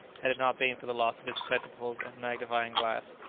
had it not been for the loss of his spectacles and magnifying-glass,